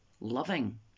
loving